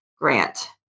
grant